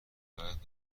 باید